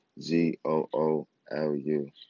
Z-O-O-L-U